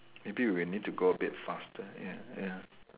maybe we need to go a bit faster ya ya